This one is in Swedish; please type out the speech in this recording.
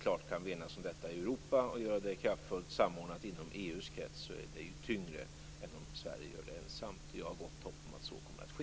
Kan vi enas om detta i Europa och göra det kraftfullt och samordnat inom EU:s krets väger det tyngre än om Sverige gör det ensamt. Jag har gott hopp om att så kommer att ske.